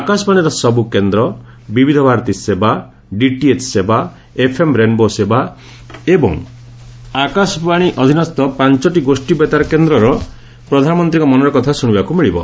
ଆକାଶବାଶୀର ସବୁ କେନ୍ଦ୍ର ବିବିଧ ଭାରତୀ ସେବା ଡିଟିଏଚ୍ ସେବା ଏଫ୍ଏମ୍ ରେନ୍ବୋ ସେବା ଏବଂ ଆକାଶବାଣୀ ଅଧୀନସ୍ ପାଞ୍ଚଟି ଗୋଷୀ ବେତାର କେନ୍ଦ୍ରରେ ପ୍ରଧାନମନ୍ତୀଙ୍କ ମନର କଥା ଶୁଶିବାକୁ ମିଳିବ